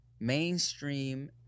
mainstream